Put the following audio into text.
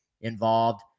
involved